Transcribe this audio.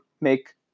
make